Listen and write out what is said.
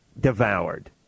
devoured